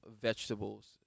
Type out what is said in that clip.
vegetables